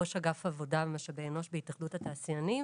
ראש אגף עבודה ומשאבי אנוש בהתאחדות התעשיינים.